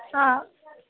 हां